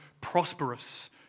prosperous